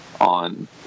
on